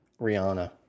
rihanna